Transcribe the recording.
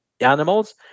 animals